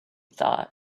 thought